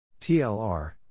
TLR